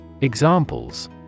Examples